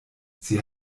sie